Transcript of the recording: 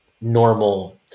normal